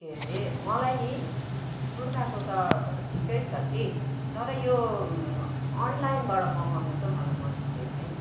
के हरे मलाई नि कुर्ताको त ठिकै छ कि तर यो अनलाइनबाट मगाउनु चाहिँ मलाई मन परेन है